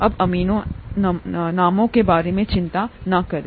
अब नामों के बारे में चिंता न करें